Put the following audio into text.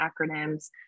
acronyms